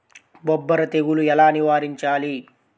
బొబ్బర తెగులు ఎలా నివారించాలి?